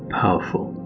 powerful